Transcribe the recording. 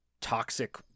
toxic